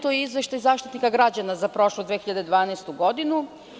To je Izveštaj Zaštitnika građana za prošlu 2012. godinu.